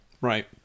right